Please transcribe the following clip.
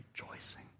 Rejoicing